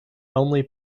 only